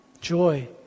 joy